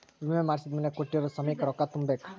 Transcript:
ವಿಮೆ ಮಾಡ್ಸಿದ್ಮೆಲೆ ಕೋಟ್ಟಿರೊ ಸಮಯಕ್ ರೊಕ್ಕ ತುಂಬ ಬೇಕ್